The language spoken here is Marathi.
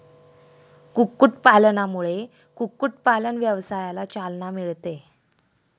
कुक्कुटपालनामुळे कुक्कुटपालन व्यवसायाला चालना मिळते